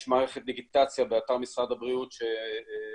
יש מערכת דיגיטציה באתר משרד הבריאות שתעלה